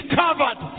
covered